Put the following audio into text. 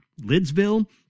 Lidsville